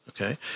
Okay